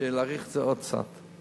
להאריך את זה עוד קצת.